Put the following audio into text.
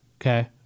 okay